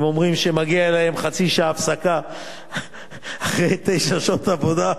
הם אומרים שמגיעה להם חצי שעה הפסקה אחרי תשע שעות עבודה.